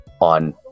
on